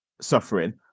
suffering